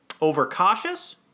overcautious